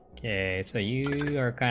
they say you are,